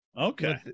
okay